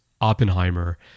Oppenheimer